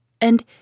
And